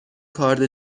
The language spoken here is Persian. کارد